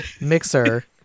Mixer